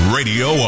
Radio